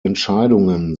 entscheidungen